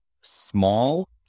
small